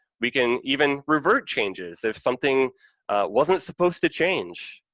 we can even revert changes, if something wasn't supposed to change,